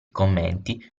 commenti